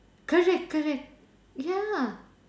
correct correct ya